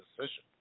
decision